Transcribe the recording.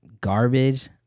garbage